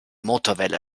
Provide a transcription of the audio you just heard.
motorwelle